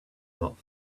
not